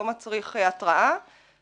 לא מצריך התראה,